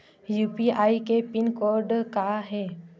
UPI के pin code का हे?